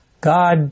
God